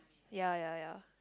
ya ya ya